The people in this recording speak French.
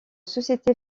société